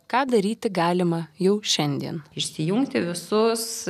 ką daryti galima jau šiandien išsijungti visus